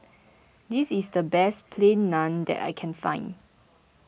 this is the best Plain Naan that I can find